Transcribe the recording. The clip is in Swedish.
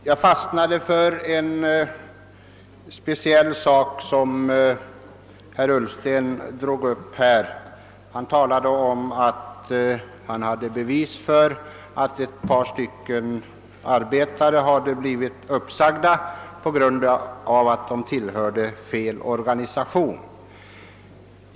Herr talman! Jag fäste mig vid något som herr Ullsten yttrade. Han talade om att han hade bevis för att ett par arbetare blivit uppsagda på grund av att de tillhörde fel organisation.